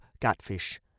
catfish